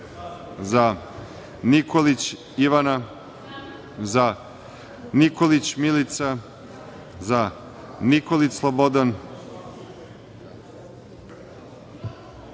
za; Nikolić Ivana – za; Nikolić Milica – za; Nikolić Slobodan